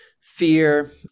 fear